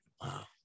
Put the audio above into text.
wow